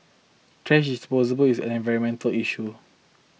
thrash disposable is an environmental issue